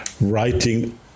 writing